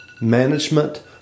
management